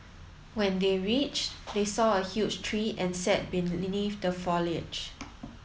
when they reached they saw a huge tree and sat beneath the foliage